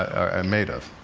are made of.